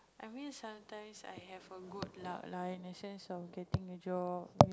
I mean sometimes I have a good luck lah in the sense of getting with you all with